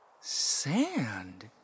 sand